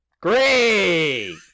great